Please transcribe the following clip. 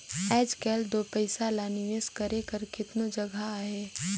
आएज काएल दो पइसा ल निवेस करे कर केतनो जगहा अहे